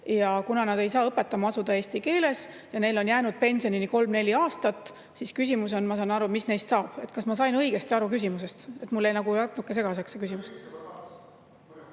Kuna nad ei saa eesti keeles õpetama asuda ja neil on jäänud pensionini kolm-neli aastat, siis küsimus on, ma saan aru, mis neist saab. Kas ma sain õigesti aru küsimusest? Mulle jäi natuke segaseks see küsimus.